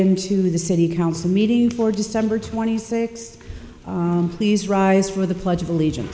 into the city council meeting for december twenty sixth please rise for the pledge of allegiance